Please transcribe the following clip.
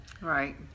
right